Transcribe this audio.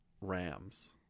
Rams